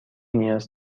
نیاز